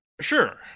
Sure